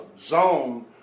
zone